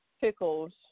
pickles